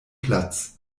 platz